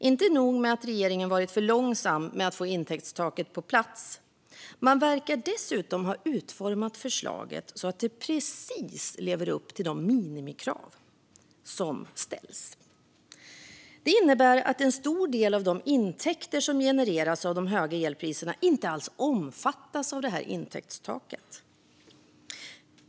Inte nog med att regeringen har varit för långsam med att få intäktstaket på plats, man verkar dessutom ha utformat förslaget så att det bara precis lever upp till de minimikrav som ställs. Detta innebär att en stor del av de intäkter som genereras av de höga elpriserna inte alls omfattas av intäktstaket.